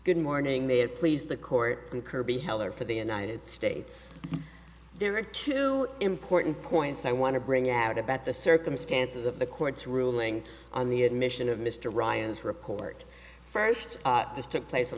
good morning there please the court and kirby heller for the united states there are two important points i want to bring out about the circumstances of the court's ruling on the admission of mr ryan's report first this took place on